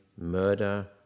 murder